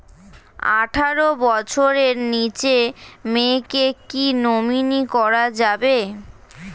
আঠারো বছরের নিচে মেয়েকে কী নমিনি করা যাবে?